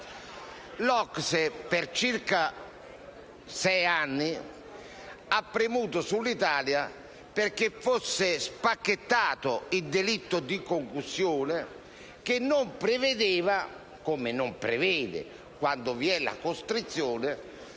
L'OCSE per circa sei anni ha premuto sull'Italia perché fosse spacchettato il delitto di concussione che non prevedeva, come non prevede quando vi è la costrizione,